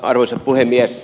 arvoisa puhemies